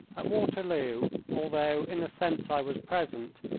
at waterloo, although, in a sense, i was present,